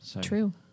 True